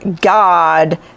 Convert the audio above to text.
God